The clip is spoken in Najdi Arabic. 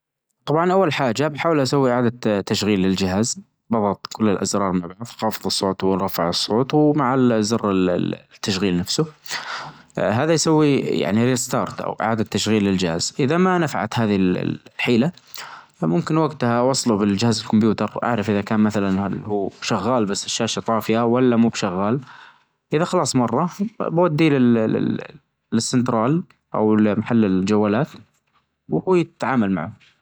طبعا أول حاچة بحاول أسوى إعادة ت-تشغيل للجهاز بضغط كل الأزرار مع بعض خافض الصوت ورافع الصوت ومع ال-زر ال-ال-التشغيل نفسه هذا يسوى يعنى ريستارت أو إعادة تشغيل للچهاز، إذا ما نفعت هذه ال-ال-الحيلة ممكن وجتها أوصله بالجهاز الكمبيوتر أعرف إذا كان مثلا هل هو شغال بس الشاشة طافية ولا مو شغال إذا خلاص مرة بوديه لل-للسنترال أو لمحل الجوالات وهو يتعامل معاه.